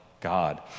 God